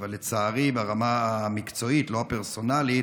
אבל לצערי ברמה המקצועית, לא הפרסונלית,